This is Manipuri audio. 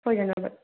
ꯁꯣꯏꯗꯅꯕ